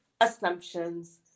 assumptions